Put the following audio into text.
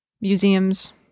museums